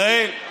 לא עשיתי,